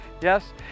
yes